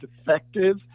effective